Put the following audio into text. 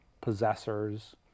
possessors